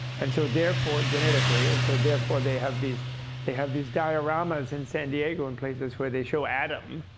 and so therefore genetically and so therefore, they have these they have these dioramas in san diego and places where they show adam.